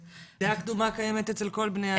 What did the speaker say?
דעה קדומה קיימת אצל כל בני האדם מן הסתם.